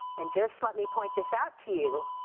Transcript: and just let me point this out to you.